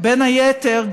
בין היתר,